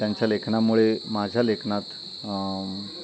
त्यांच्या लेखनामुळे माझ्या लेखनात